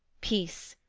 peace!